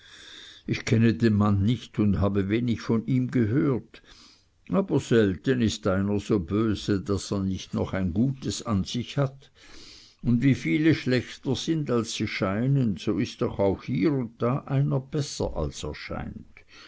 ich kenne den mann nicht und habe wenig von ihm gehört aber selten ist einer so böse daß er nicht noch gutes an sich hat und wie viele schlechter sind als sie scheinen so ist doch auch hier und da einer besser als er scheint